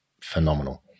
phenomenal